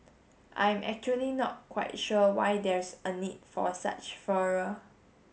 I am actually not quite sure why there's a need for a such furor